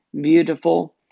beautiful